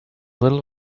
little